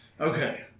Okay